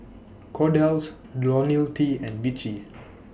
Kordel's Ionil T and Vichy